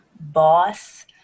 boss